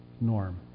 norm